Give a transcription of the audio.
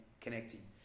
connecting